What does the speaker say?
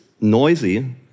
noisy